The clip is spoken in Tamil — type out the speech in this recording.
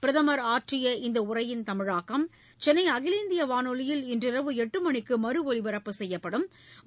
பிரதமர் ஆற்றிய இந்த உரையின் தமிழாக்கம் சென்னை அகில இந்திய வானொலியில் இன்று இரவு எட்டு மணிக்கு மறு ஒலிபரப்பு செய்யப்படுகிறது